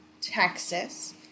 Texas